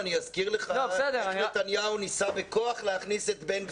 אני אזכיר לך איך נתניהו ניסה בכוח להכניס את בן גביר לתוך הכנסת.